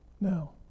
Now